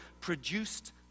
produced